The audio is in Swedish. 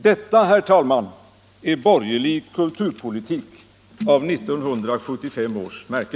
Detta, herr talman, är borgerlig kulturpolitik av 1975 års märke.